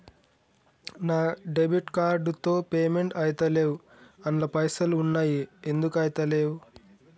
నా debit card తో payment ఐతలేవ్ అండ్ల పైసల్ ఉన్నయి ఎందుకు ఐతలేవ్?